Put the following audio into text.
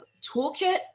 toolkit